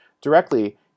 directly